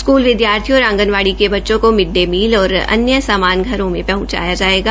school विद्यार्थियों और आगंनवाड़ी के बच्चों को मिड डे मील और अन्य सामान घरों में पहंचाया जायेगा